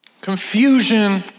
Confusion